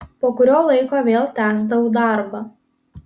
po kurio laiko vėl tęsdavau darbą